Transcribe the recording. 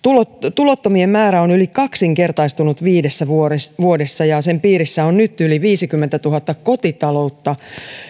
tulottomien määrä on yli kaksinkertaistunut viidessä vuodessa vuodessa ja muun sosiaaliturvan piirissä on nyt yli viisikymmentätuhatta kotitaloutta